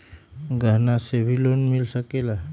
गहना से भी लोने मिल सकेला?